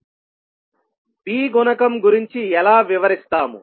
B గుణకం గురించి ఎలా వివరిస్తాము